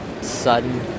Sudden